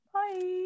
Bye